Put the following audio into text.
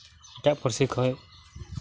ᱮᱴᱟᱜ ᱯᱟᱹᱨᱥᱤ ᱠᱷᱚᱱ